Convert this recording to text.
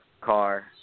car